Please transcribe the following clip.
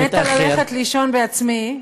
אני מתה ללכת לישון בעצמי,